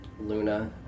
Luna